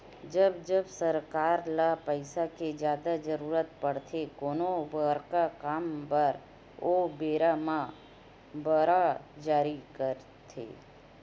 जब जब सरकार ल पइसा के जादा जरुरत पड़थे कोनो बड़का काम बर ओ बेरा म बांड जारी करथे